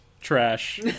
trash